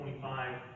25